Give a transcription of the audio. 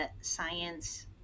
science